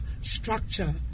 structure